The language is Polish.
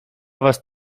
was